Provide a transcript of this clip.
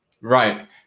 Right